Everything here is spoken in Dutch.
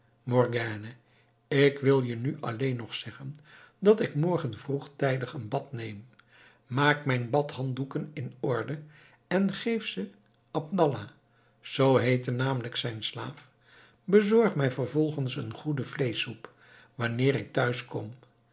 morgiane ik wil je nu alleen nog zeggen dat ik morgen vroegtijdig een bad neem maak mijn badhanddoeken in orde en geef ze abdallah zoo heette namelijk zijn slaaf bezorg mij vervolgens een goede vleeschsoep wanneer ik